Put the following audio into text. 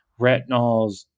retinols